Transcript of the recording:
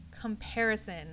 comparison